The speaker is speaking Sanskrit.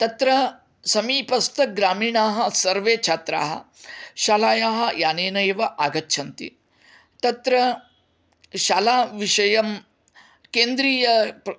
तत्र समीपस्थ ग्रामीणाः सर्वे छात्राः शालायाः यानेन एव आगच्छन्ति तत्र शाला विषयं केन्द्रीय